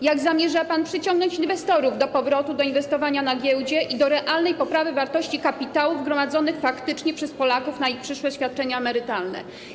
Jak zamierza pan przyciągnąć inwestorów do powrotu do inwestowania na giełdzie i do realnej poprawy wartości kapitałów gromadzonych faktycznie przez Polaków na ich przyszłe świadczenia emerytalne?